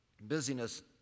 busyness